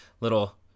little